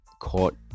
caught